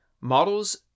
models